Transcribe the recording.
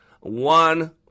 One